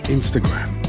Instagram